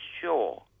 sure